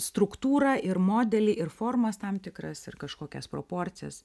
struktūrą ir modelį ir formas tam tikras ir kažkokias proporcijas